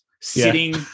Sitting